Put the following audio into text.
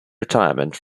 retirement